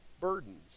burdens